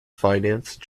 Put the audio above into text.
finance